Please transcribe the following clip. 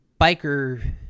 biker